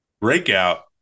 breakout